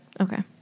Okay